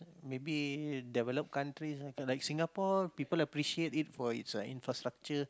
maybe developed country like Singapore people appreciate it for it's like infrastructure